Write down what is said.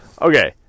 Okay